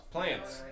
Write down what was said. Plants